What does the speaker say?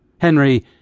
Henry